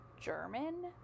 German